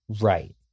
Right